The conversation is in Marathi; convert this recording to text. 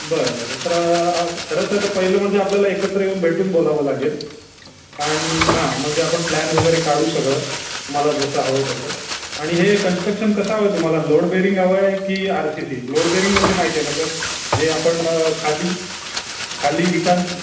बरं बरं सर खरंतर पहिलं म्हणजे आपल्याला एकत्र येऊन भेटून बोलावं लागेल आणि हां म्हणजे आपण प्लॅन वगैरे काढू सगळं तुम्हाला जसं हवं आहे तसं आणि हे कन्स्ट्रक्शन कसं हवं आहे तुम्हाला लोड बेरिंग हवं आहे की R C C load bearing म्हणजे माहिती आहे ना सर जे आपण खाली खाली विटांची